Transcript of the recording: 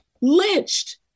lynched